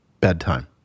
bedtime